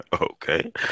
okay